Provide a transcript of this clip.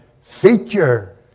feature